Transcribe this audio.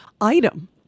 item